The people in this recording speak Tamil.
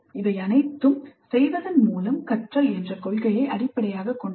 அவை அனைத்தும் செய்வதன் மூலம் கற்றல் என்ற கொள்கையை அடிப்படையாகக் கொண்டவை